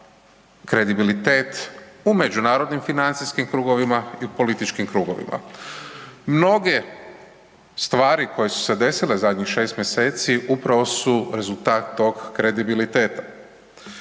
kredibilitet u međunarodnim financijskim krugovima i političkim krugovima. Mnoge stvari koje su se desile zadnjih 6 mj. upravo su rezultat tog kredibiliteta.